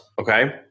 Okay